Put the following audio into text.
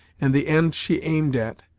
and the end she aimed at,